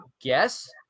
guess